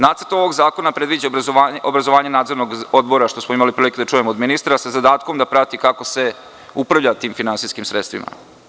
Nacrt ovog zakona predviđa obrazovanje nadzornog odbora što smo imali prilike da čujemo od ministra sa zadatkom da prati kako se upravlja tim finansijskim sredstvima.